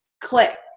click